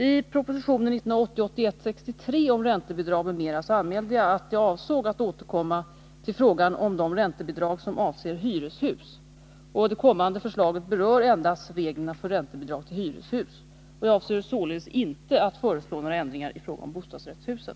I propositionen 1980/81:63 om räntebidrag m.m. anmälde jag att jag avsåg att återkomma till frågan om de räntebidrag som avser hyreshus. Det kommande förslaget berör endast reglerna för räntebidrag till hyreshus. Jag avser således inte att föreslå några ändringar i fråga om bostadsrättshusen.